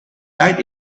died